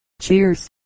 Cheers